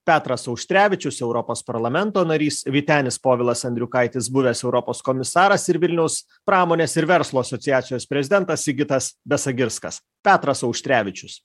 petras auštrevičius europos parlamento narys vytenis povilas andriukaitis buvęs europos komisaras ir vilniaus pramonės ir verslo asociacijos prezidentas sigitas besagirskas petras auštrevičius